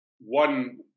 one